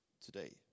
today